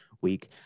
week